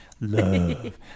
Love